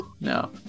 no